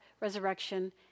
resurrection